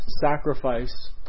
sacrifice